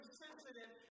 sensitive